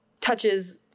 touches